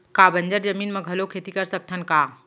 का बंजर जमीन म घलो खेती कर सकथन का?